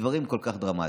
בדברים כל כך דרמטיים.